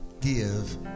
give